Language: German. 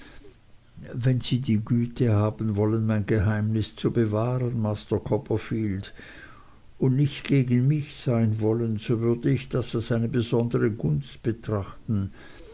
wenn sie die güte haben wollen mein geheimnis zu bewahren master copperfield und nicht gegen mich sein wollen so würde ich das als eine besondere gunst betrachten